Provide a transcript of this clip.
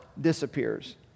disappears